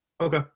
Okay